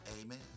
Amen